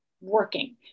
working